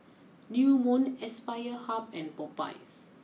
new Moon Aspire Hub and Popeyes